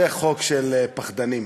זה חוק של פחדנים.